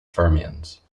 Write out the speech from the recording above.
fermions